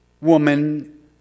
woman